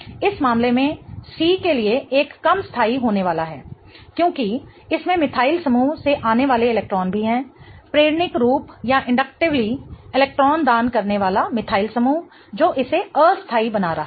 इस मामले में C के लिए एक कम स्थाई होने वाला है क्योंकि इसमें मिथाइल समूह से आने वाले इलेक्ट्रॉन भी है प्रेरणिक रूप से इलेक्ट्रॉन दान करने बाला मिथाइल समूह जो इसे अस्थाई बना रहा है